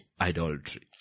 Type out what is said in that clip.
idolatry